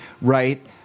right